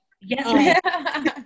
Yes